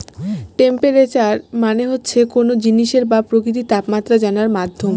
temperature মানে হচ্ছে কোনো জিনিসের বা প্রকৃতির তাপমাত্রা জানার মাধ্যম